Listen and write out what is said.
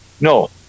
No